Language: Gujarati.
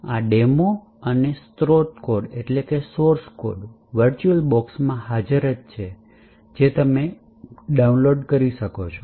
આ ડેમો અને સ્રોત કોડ વર્ચુઅલબોક્સમાં હાજર છે જે તમે ડાઉનલોડ કરી શકો છો